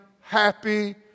happy